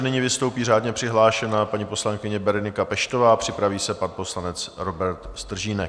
Nyní vystoupí řádně přihlášená paní poslankyně Berenika Peštová, připraví se pan poslanec Robert Stržínek.